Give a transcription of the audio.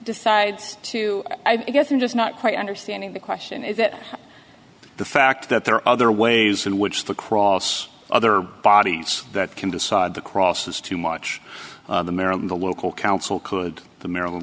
decides to i guess i'm just not quite understanding the question is it the fact that there are other ways in which the cross other bodies that can decide the cross is too much american the local council could the maryland